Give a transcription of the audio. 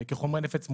כחומרי נפץ מאושרים.